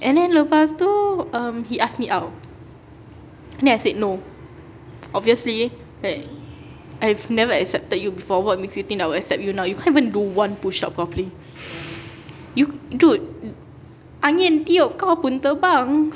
and then lepas tu um he asked me out then I said no obviously like I have never accepted you before what makes you think that I would accept you now you can't even do one push-up properly you dude angin tiup kau pun terbang